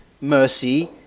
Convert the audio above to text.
mercy